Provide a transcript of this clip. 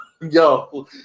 Yo